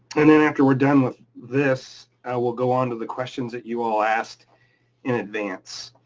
and then after we're done with this, i will go on to the questions that you all asked in advance